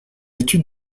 étude